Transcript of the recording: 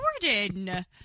Jordan